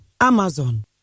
Amazon